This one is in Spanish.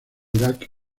irak